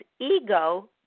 ego